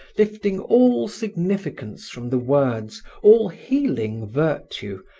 lifting all significance from the words, all healing virtue,